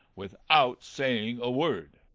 without saying a word!